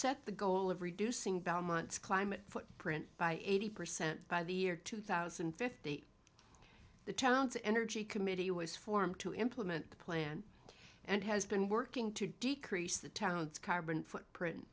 set the goal of reducing belmont's climate footprint by eighty percent by the year two thousand and fifteen the town's energy committee was formed to implement the plan and has been working to decrease the town's carbon footprint